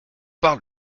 parle